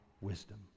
wisdom